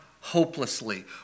hopelessly